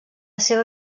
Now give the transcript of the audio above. seva